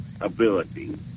ability